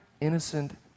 innocent